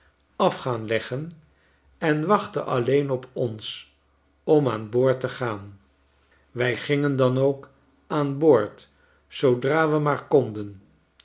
af gaan leggen en wachtte alleen op ons om aan boord te gaan wij gingen dan ook aan boord zoodra we maar konden